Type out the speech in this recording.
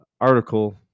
article